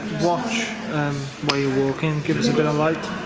watch where you are walking, give us a bit of light